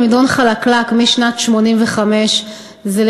במדרון חלקלק משנת 1985. זה,